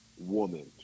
woman